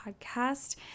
Podcast